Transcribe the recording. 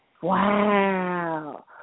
Wow